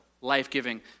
life-giving